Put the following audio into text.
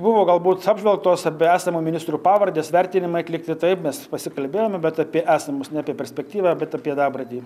buvo galbūt apžvelgtos arbe esamų ministrų pavardės vertinimai atlikti taip mes pasikalbėjome bet apie esamus ne apie perspektyvą bet apie dabartį